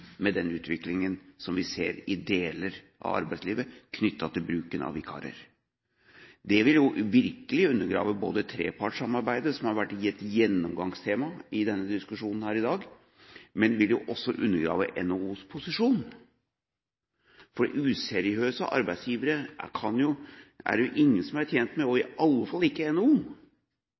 med den utviklingen vi ser i deler av arbeidslivet, knyttet til bruken av vikarer. Det vil virkelig undergrave trepartssamarbeidet – som har vært et gjennomgangstema i denne diskusjonen i dag – men det vil også undergrave NHOs posisjon. Useriøse arbeidsgivere er det jo ingen som er tjent med, i alle fall ikke NHO,